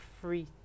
free